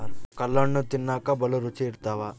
ಕಲ್ಲಣ್ಣು ತಿನ್ನಕ ಬಲೂ ರುಚಿ ಇರ್ತವ